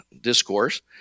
discourse